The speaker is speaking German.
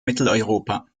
mitteleuropa